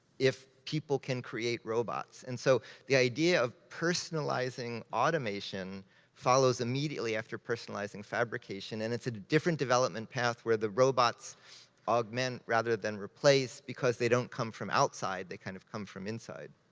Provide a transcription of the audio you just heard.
if people can create robots. and so the idea of personalizing automation follows immediately after personalizing fabrication. and it's a different development path where the robots augment rather than replace because they don't come from outside, they kind of come from inside.